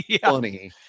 funny